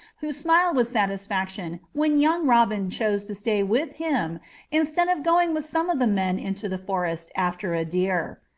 who smiled with satisfaction when young robin chose to stay with him instead of going with some of the men into the forest after a deer.